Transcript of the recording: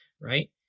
right